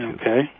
Okay